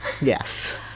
Yes